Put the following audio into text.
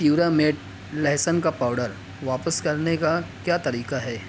پیورامیٹ لہسن کا پاؤڈر واپس کرنے کا کیا طریقہ ہے